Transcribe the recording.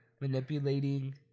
manipulating